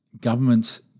government's